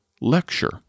lecture